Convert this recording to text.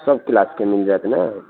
सब क्लासके मिल जाएत ने